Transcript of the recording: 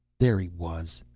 there he was!